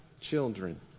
children